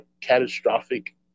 catastrophic